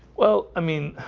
well, i mean